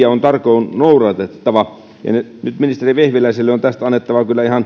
on tarkoin noudatettava nyt ministeri vehviläiselle on tästä annettava kyllä